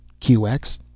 QX